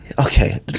Okay